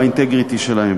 ב-integrity שלהם.